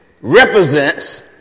represents